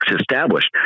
established